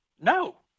No